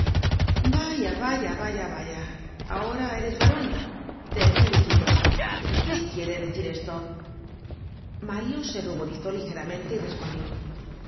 vaya vaya vaya vaya vayal ahora eres baron te felicito qué quiére decir esto mario se ruborizó ligeramente y respondió